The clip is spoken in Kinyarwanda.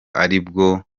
aribwo